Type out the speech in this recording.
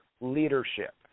leadership